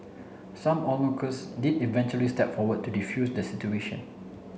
some onlookers did eventually step forward to defuse the situation